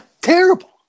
terrible